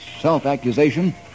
self-accusation